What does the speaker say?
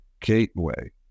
gateway